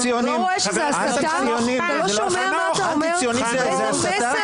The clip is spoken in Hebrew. -- ואתה תראה שזה מה שהולך להיות.